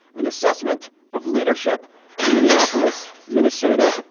an assessment of leadership in minneapolis, minnesota,